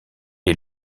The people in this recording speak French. est